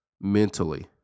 mentally